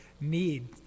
need